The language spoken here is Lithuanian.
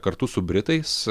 kartu su britais